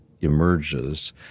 emerges